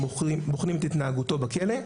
הם בוחנים את התנהגותו בכלא.